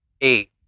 eight